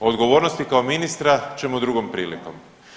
Odgovornosti kao ministra ćemo drugom prilikom.